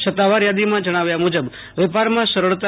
સત્તાવાર યાદીમાં જણાવ્યા મુજબ વેપામાં સરળતા